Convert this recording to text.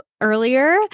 earlier